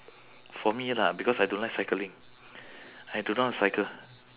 for me lah because I don't like cycling I do not cycle